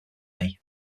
economy